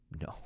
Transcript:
No